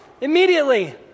immediately